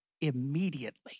immediately